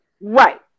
Right